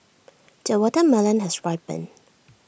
the watermelon has ripened